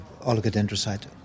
oligodendrocyte